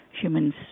humans